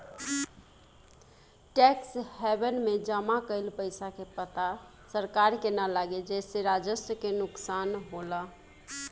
tax haven में जमा कइल पइसा के पता सरकार के ना लागे जेसे राजस्व के नुकसान होला